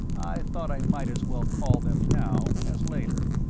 i thought i might as well call them now as later.